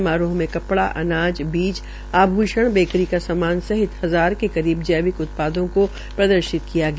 समारोह में कपड़ा अनाज बीज आभूषण बेकरी के समान सहित हजार के करीब जैविक उत्पादों को प्रोत्साहित किया गया